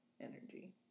energy